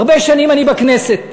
הרבה שנים אני בכנסת.